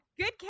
good